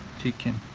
chicken.